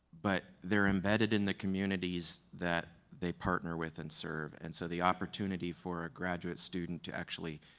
but they are embedded in the communities that they partner with and serve. and so the opportunity for a graduate student to actually,